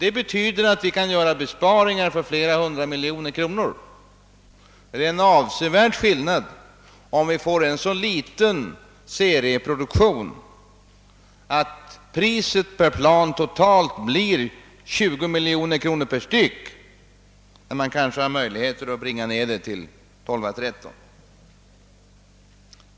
Det betyder att vi kan göra besparingar på flera hundra miljoner kronor. Det är en avsevärd skillnad om serieproduktionen blir så liten att priset per plan totalt blir 20 miljoner kronor eller om man har möjlighet att genom större serieproduktion nedbringa det till 12— 13 miljoner kronor.